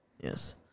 Yes